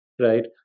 right